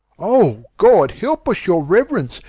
oh, god help us, your reverence!